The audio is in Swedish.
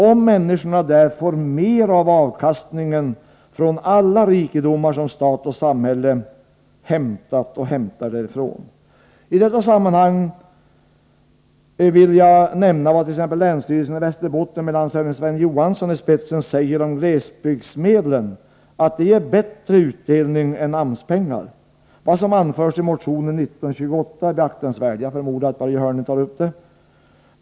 Om människorna där får mer av avkastningen från alla rikedomar som stat och samhälle hämtat och hämtar därifrån! I detta sammanhang vill jag nämna vad t.ex. länsstyrelsen i Västerbotten med landshövding Sven Johansson i spetsen säger om glesbygdsmedlen: att de ger bättre utdelning än AMS-pengar. Vad som anförs i motion 1928 är beaktansvärt — jag förmodar att Börje Hörnlund tar upp det.